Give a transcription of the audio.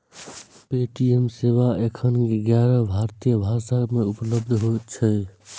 Paytm सेवा एखन ग्यारह भारतीय भाषा मे उपलब्ध छै